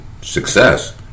success